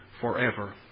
forever